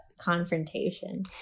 confrontation